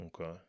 okay